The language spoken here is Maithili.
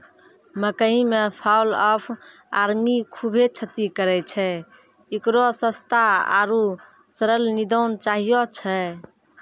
मकई मे फॉल ऑफ आर्मी खूबे क्षति करेय छैय, इकरो सस्ता आरु सरल निदान चाहियो छैय?